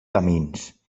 camins